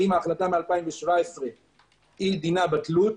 האם ההחלטה מ-2017 דינה בטלות,